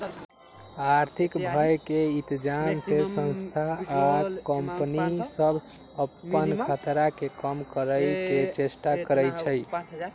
आर्थिक भय के इतजाम से संस्था आ कंपनि सभ अप्पन खतरा के कम करए के चेष्टा करै छै